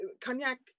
Cognac